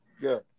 Good